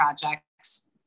projects